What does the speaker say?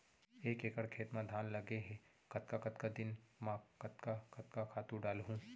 एक एकड़ खेत म धान लगे हे कतका कतका दिन म कतका कतका खातू डालहुँ?